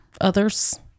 others